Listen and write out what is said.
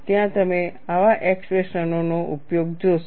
ત્યાં તમે આવા એક્સપ્રેશનઓનો ઉપયોગ જોશો